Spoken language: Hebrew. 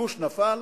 הגוש נפל